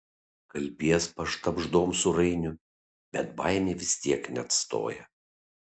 kalbies pašnabždom su rainiu bet baimė vis tiek neatstoja